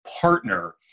partner